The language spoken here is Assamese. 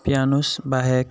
পিয়ানুচ বাহেক